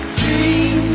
dream